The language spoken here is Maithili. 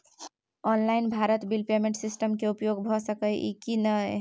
Online Bharat bill payment system के उपयोग भ सके इ की नय?